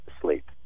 sleep